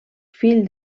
fill